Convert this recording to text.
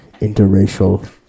interracial